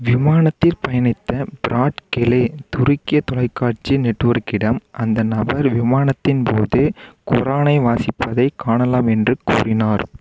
விமானத்தில் பயணித்த ஃப்ராட் கெலே துருக்கிய தொலைக்காட்சி நெட்வொர்க்கிடம் அந்த நபர் விமானத்தின் போது குரானை வாசிப்பதைக் காணலாம் என்று கூறினார்